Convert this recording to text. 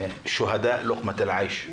"שוהאדא לוחמת אל אעיש"